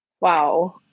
Wow